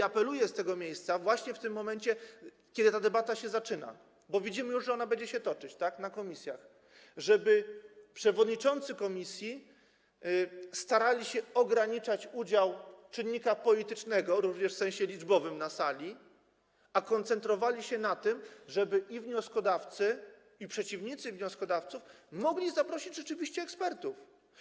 Apeluję o to z tego miejsca właśnie w momencie, kiedy ta debata się zaczyna, bo widzimy już, że będzie się ona toczyć w komisjach, żeby przewodniczący komisji starali się ograniczać udział czynnika politycznego, również w sensie liczbowym, na sali, a koncentrowali się na tym, żeby i wnioskodawcy, i przeciwnicy wnioskodawców mogli zaprosić ekspertów.